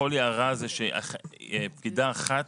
החולי הרע הזה שפקידה אחת